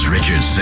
Richard